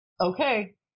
okay